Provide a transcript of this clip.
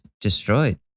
destroyed